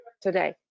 today